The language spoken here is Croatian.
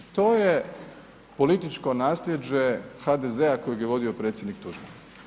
To je političko nasljeđe HDZ-a kojeg je vodio predsjednik Tuđman.